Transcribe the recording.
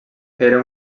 era